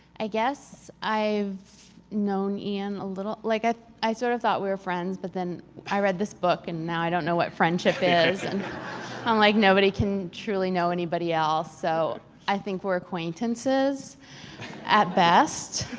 i guess i've known iain a little. like ah i sort of thought we were friends, but then i read this book and now i don't know what friendship is. ho and i'm like, nobody can truly know anybody else. so i think we're acquaintances at best.